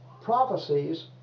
prophecies